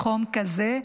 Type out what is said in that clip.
בחום כזה,